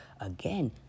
again